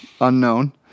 unknown